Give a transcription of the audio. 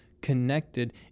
Connected